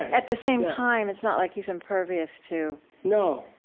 at the same time, it's not like he's impervious to, no.